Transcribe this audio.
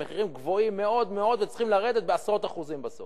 המחירים גבוהים מאוד מאוד וצריכים לרדת בעשרות אחוזים בסוף.